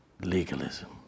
legalism